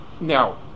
Now